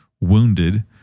wounded